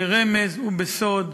ברמז ובסוד,